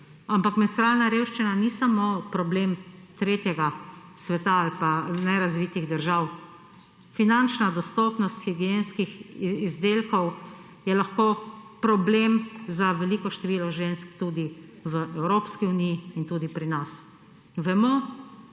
Ampak menstrualna revščina ni samo problem tretjega sveta ali pa nerazvitih držav, finančna dostopnost higienskih izdelkov je lahko problem za veliko število žensk tudi v Evropski uniji in tudi pri nas. Vemo,